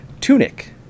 tunic